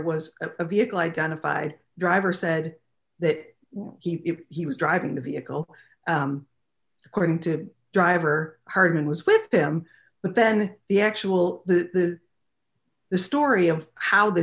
was a vehicle identified driver said that he if he was driving the vehicle according to driver heard and was with him but then the actual the the story of how th